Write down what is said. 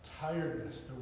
tiredness